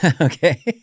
okay